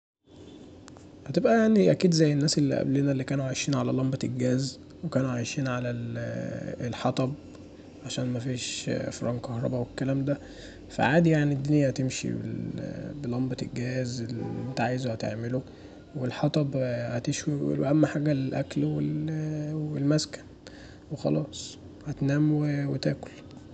هتبقي يعني أكيد زي الناس اللي قبلنا اللي كانوا عايشينعلي لمبة الجاز وكانوا عايشين علي الحطب عشان مفيش افرانكهربا والكلام دا فعادي يعني الدنيا هتمشي بلمبة الجاز اللي انت عايزه هتعمله والحطب هتشوي وأهم حاجه الأكل والمسكن وخلاص، هتنام وتاكل.